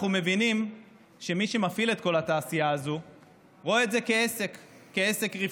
אנחנו מבינים שמי שמפעיל את כל התעשייה הזאת רואה את זה כעסק רווחי.